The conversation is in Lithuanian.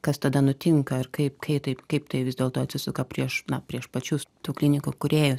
kas tada nutinka ir kaip kai taip kaip tai vis dėlto atsisuka prieš na prieš pačius tų klinikų kūrėjus